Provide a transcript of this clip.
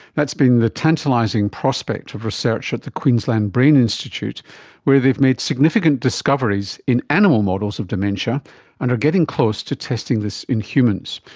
that's been the tantalising prospect of research at the queensland brain institute where they've made significant discoveries in animal models of dementia and are getting close to testing this in humans.